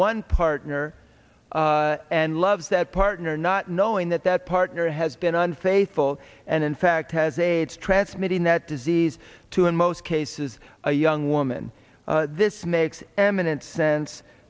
one partner and loves that partner not knowing that that partner has been unfaithful and in fact has aids transmitting that disease to in most cases a young woman this makes eminent sense